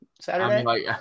Saturday